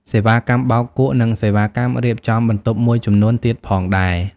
សេវាកម្មបោកគក់ និងសេវាកម្មរៀបចំបន្ទប់មួយចំនួនទៀតផងដែរ។